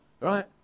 Right